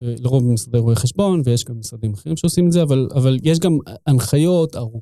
לרוב במשרדי רואי חשבון, ויש גם משרדים אחרים שעושים את זה, אבל יש גם הנחיות ארוכות.